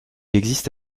existe